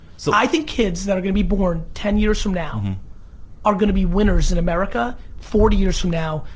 so i think kids that are going to be born ten years from now are going to be winners in america forty years from now,